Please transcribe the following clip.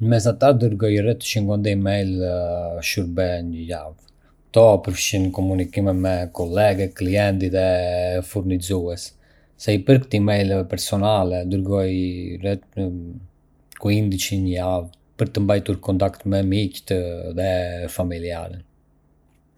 Në mesatare, dërgoj rreth cinquanta email pune në javë. Këto përfshijnë komunikime me kolegë, klientë dhe furnizues. Sa i përket email-eve personale, dërgoj rreth quindici në javë, për të mbajtur kontakt me miqtë dhe familjen.